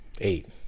Eight